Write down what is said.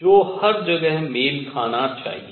जो हर जगह मेल खाना चाहिए